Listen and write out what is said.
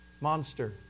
monster